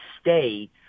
stay